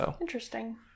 Interesting